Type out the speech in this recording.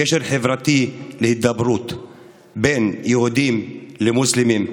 גשר חברתי להידברות בין יהודים ומוסלמים,